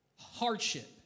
hardship